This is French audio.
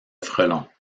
frelons